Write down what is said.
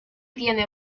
tiene